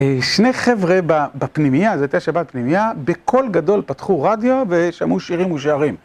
שני חבר'ה בפנימיה, זו הייתה שבת בפנימיה, בקול גדול פתחו רדיו ושמעו שירים ושערים.